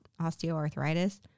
osteoarthritis